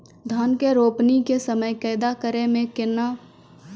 धान के रोपणी के समय कदौ करै मे केतना पानी लागतै?